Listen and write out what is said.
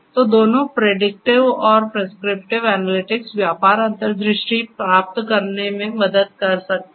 तो दोनों प्रिडिक्टिवऔर प्रिस्क्रिप्टिव एनालिटिक्स व्यापार अंतर्दृष्टि प्राप्त करने में मदद कर सकते हैं